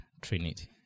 Trinity